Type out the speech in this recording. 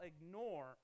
ignore